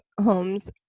homes